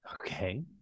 Okay